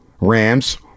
Rams